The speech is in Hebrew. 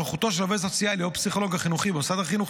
נוכחותו של עובד סוציאלי או פסיכולוג חינוכי במוסד החינוך,